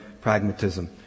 pragmatism